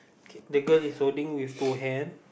K that girl is holding with two hand